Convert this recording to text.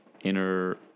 inner